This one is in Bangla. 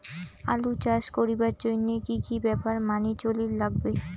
আলু চাষ করিবার জইন্যে কি কি ব্যাপার মানি চলির লাগবে?